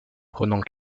prenant